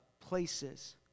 places